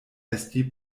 esti